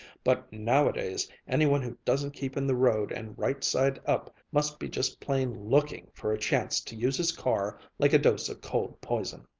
but nowadays any one who doesn't keep in the road and right side up must be just plain looking for a chance to use his car like a dose of cold poison.